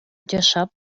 жашап